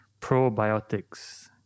probiotics